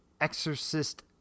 exorcist